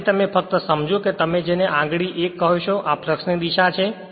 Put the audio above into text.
પછી તમે ફક્ત સમજો કે જેને તમે આંગળી 1 કહેશો આ ફ્લક્ષ ની દિશા છે